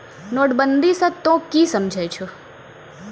नोटबंदी स तों की समझै छौ